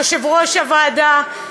יושב-ראש הוועדה,